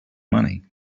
money